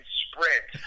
sprint